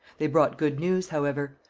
they brought good news, however.